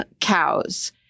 cows